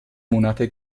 monate